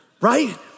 right